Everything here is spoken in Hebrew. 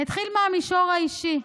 אני אתחיל מהמישור האישי.